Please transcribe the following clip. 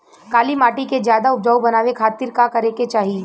काली माटी के ज्यादा उपजाऊ बनावे खातिर का करे के चाही?